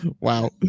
Wow